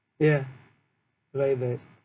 ya like that